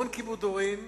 המון כיבוד הורים,